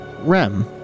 Rem